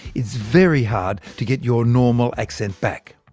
it's very hard to get your normal accent back.